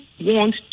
want